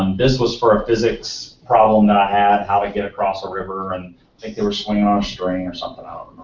um this was for a physics problem that i had, how to get across a river, and think they were swinging on a string or something, i